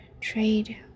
trade